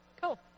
Cool